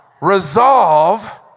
Resolve